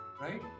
Right